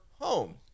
home